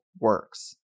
works